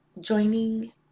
joining